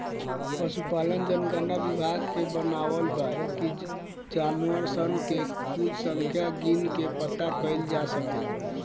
पसुपालन जनगणना विभाग के बनावल बा कि जानवर सन के कुल संख्या गिन के पाता कइल जा सके